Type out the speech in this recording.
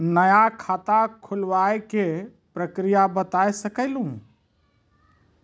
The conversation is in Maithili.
नया खाता खुलवाए के प्रक्रिया बता सके लू?